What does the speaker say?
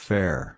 Fair